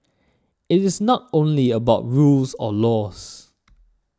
it is not only about rules or laws